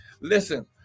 Listen